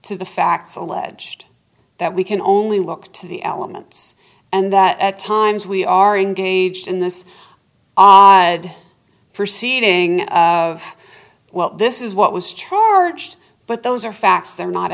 to the facts alleged that we can only look to the elements and that at times we are engaged in this i said for seating well this is what was charged but those are facts they're not